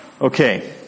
Okay